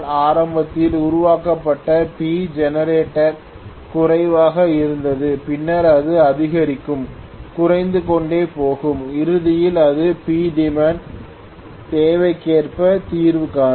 ஆரம்பத்தில் உருவாக்கப்பட்ட Pgenerated குறைவாக இருந்தது பின்னர் அது அதிகரிக்கும் குறைந்து கொண்டே போகும் இறுதியில் அது Pdemand தேவைக்கேற்ப தீர்வு காணும்